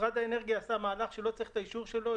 משרד האנרגיה עשה מהלך שלא צריך את האישור שלו.